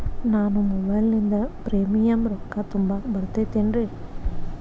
ನಾನು ಮೊಬೈಲಿನಿಂದ್ ಪ್ರೇಮಿಯಂ ರೊಕ್ಕಾ ತುಂಬಾಕ್ ಬರತೈತೇನ್ರೇ?